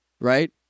Right